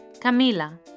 Camila